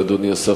אדוני השר,